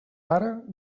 pare